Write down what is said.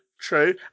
true